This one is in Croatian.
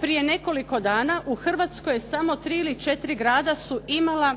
prije nekoliko dana u Hrvatskoj samo tri ili četiri grada su imala